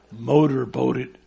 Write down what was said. motorboated